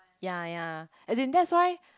ya ya as in that's why